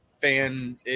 fan